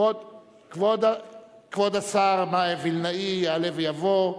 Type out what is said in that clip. כבוד השר וילנאי יעלה ויבוא,